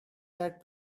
that